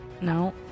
No